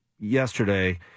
yesterday